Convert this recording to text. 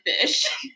Fish